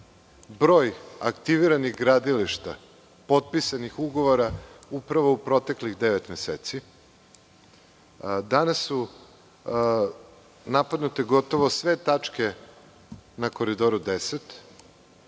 broj aktiviranih gradilišta potpisanih ugovora upravo u proteklih devet meseci. Danas su napadnute gotovo sve tačke na Koridoru 10.